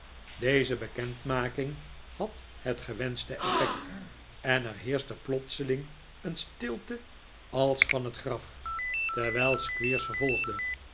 deze bekendmaking had het gewenschte effect en er heerschte plotseling een stilte als van het graf terwijl squeers vervolgde